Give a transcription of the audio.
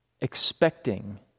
expecting